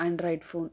Android phone